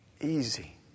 Easy